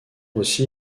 aussi